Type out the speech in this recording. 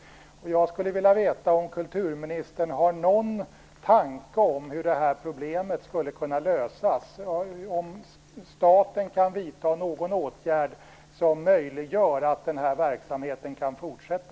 Jag skulle vilja veta om kulturministern har någon tanke om hur det här problemet skulle kunna lösas. Kan staten vidta någon åtgärd som möjliggör att den här verksamheten kan fortsätta?